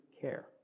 care